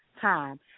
time